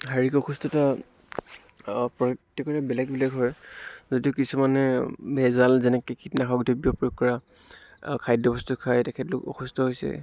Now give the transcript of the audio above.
শাৰীৰিক অসুস্থতা প্ৰত্য়েকৰে বেলেগ বেলেগ হয় যদিও কিছুমানে ভেজাল যেনেকৈ কীটনাশক দ্ৰব্য় প্ৰয়োগ কৰা খাদ্য় বস্তু খাই তেখেতলোক অসুস্থ হৈছে